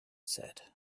said